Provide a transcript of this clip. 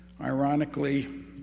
Ironically